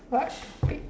what topic